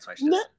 No